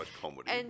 comedy